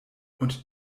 und